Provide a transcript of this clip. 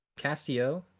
Castio